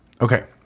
Okay